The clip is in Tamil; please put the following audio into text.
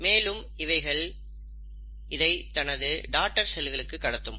மேலும் இவைகள் இதை தனது டாடர் செல்களுக்கு கடத்தும்